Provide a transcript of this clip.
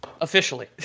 Officially